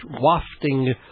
wafting